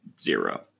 zero